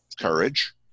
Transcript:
courage